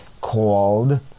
called